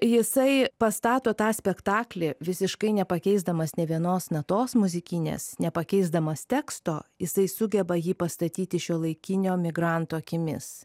jisai pastato tą spektaklį visiškai nepakeisdamas nė vienos natos muzikinės nepakeisdamas teksto jisai sugeba jį pastatyti šiuolaikinio migranto akimis